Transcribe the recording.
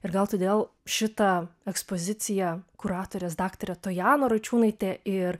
ir gal todėl šitą ekspoziciją kuratorės daktarė tojana račiūnaitė ir